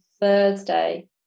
Thursday